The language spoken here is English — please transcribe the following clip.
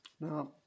Now